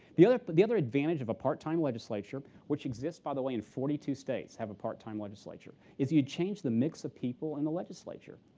the other but the other advantage of a part-time legislature which exists, by the way, in forty two states have a part-time legislature is you change the mix of people in the legislature.